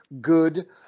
good